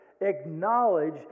Acknowledge